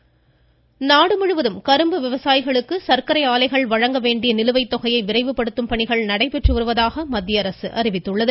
கரும்பு நாடு முழுவதும் கரும்பு விவசாயிகளுக்கு சர்க்கரை ஆலைகள் வழங்க வேண்டிய நிலுவைத் தொகையை விரைவுபடுத்தும் பணிகள் நடைபெற்று வருவதாக மத்திய அரசு அறிவித்துள்ளது